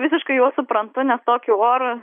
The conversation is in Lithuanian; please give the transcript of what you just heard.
visiškai juos suprantu nes tokį orą